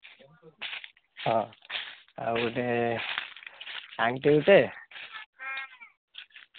ହଁ ଆଉ ଗୋଟେ ଆଙ୍କଲେଟ୍